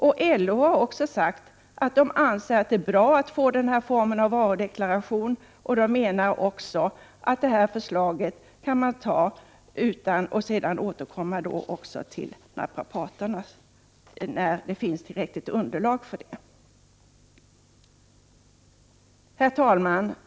Från LO har man också sagt att man anser att det är bra att vi får den här formen av varudeklaration och menar att man nu kan anta förslaget och återkomma till naprapaternas legitimering när det finns tillräckligt underlag. Herr talman!